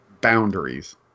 Boundaries